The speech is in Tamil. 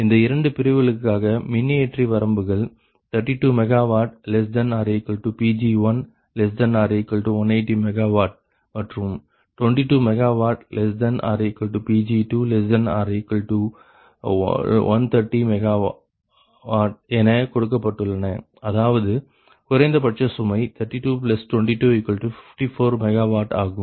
இந்த இரண்டு பிரிவுகளுக்காக மின்னியற்றி வரம்புகள் 32 MW≤Pg1≤180 MW மற்றும் 22 MW≤Pg2≤130 M என கொடுக்கப்பட்டுள்ளன அதாவது குறைந்தபட்ச சுமை 32 2254 MW ஆகும்